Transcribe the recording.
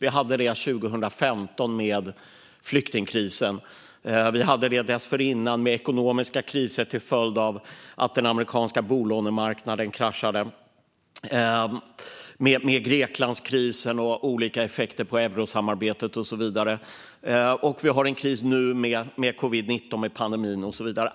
Vi hade flyktingkrisen 2015, dessförinnan den ekonomiska krisen till följd av att den amerikanska bolånemarknaden kraschade, sedan Greklandskrisen, olika effekter av eurosamarbetet, den kris som vi är inne i nu till följd av covid-19-pandemin och så vidare.